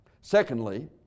Secondly